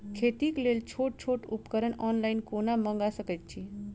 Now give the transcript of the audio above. खेतीक लेल छोट छोट उपकरण ऑनलाइन कोना मंगा सकैत छी?